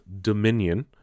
Dominion